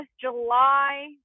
July